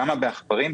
למה בעכברים?